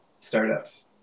startups